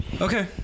okay